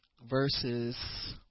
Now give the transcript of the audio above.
verses